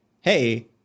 hey